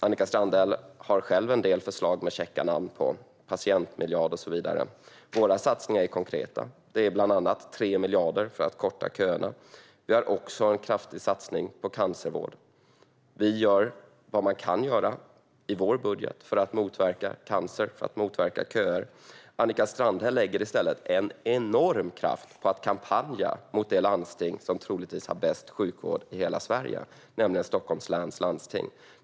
Annika Strandhäll har själv en del förslag med käcka namn, patientmiljard och så vidare. Våra satsningar är konkreta. Det är bland annat 3 miljarder för att korta köerna. Vi har också en kraftig satsning på cancervård. Vi gör i vår budget vad man kan göra för att motverka både cancer och köer. Annika Strandhäll lägger i stället en enorm kraft på att kampanja mot det landsting som troligtvis har bäst sjukvård i hela Sverige, nämligen Stockholms läns landsting.